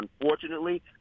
unfortunately